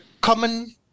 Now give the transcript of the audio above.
common